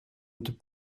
түп